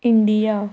India